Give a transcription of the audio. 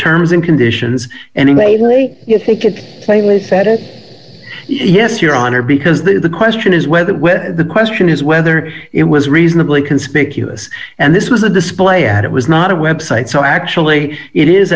terms and conditions and the way you think it plainly said it yes your honor because the question is whether the question is whether it was reasonably conspicuous and this was a display ad it was not a website so actually it is